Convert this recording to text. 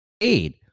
eight